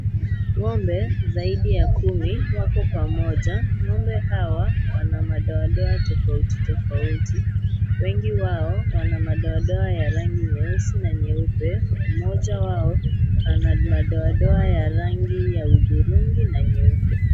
Ng'ombe zaidi ya kumi wako pamoja, ng'ombe hawa wana madoadoa tofautitofauti wengi wao wana madoadoa ya rangi nyeusi na nyeupe mmoja wao ana madoadoa ya rangi ya hudhururi na nyeupe.